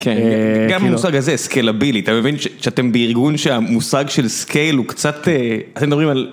גם המושג הזה, 'סקיילאבילי', אתה מבין שאתם בארגון שהמושג של "סקייל" הוא קצת, אתם מדברים על